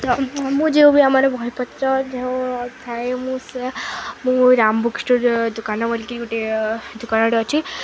ମୁଁ ଯେଉଁ ବି ଆମର ବହିପତ୍ର ଯେଉଁ ଥାଏ ମୁଁ ସେ ମୁଁ ରାମ ବୁକ୍ଷ୍ଟୋର ଦୋକାନ ବୋଲିକି ଗୋଟେ ଦୋକାନଟେ ଅଛି